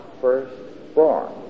firstborn